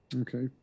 Okay